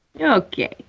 Okay